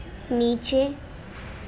نیچے